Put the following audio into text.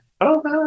Okay